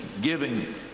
giving